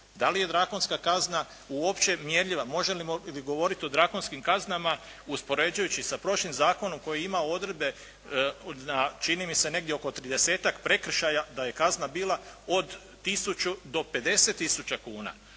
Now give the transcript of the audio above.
Da li je drakonska kazna uopće mjerljiva, možemo li govoriti o drakonskim kaznama uspoređujući sa prošlim zakonom koji je imao odredbe na čini mi se negdje oko 30-ak prekršaja da je kazna bila od 1000 do 50000 kuna,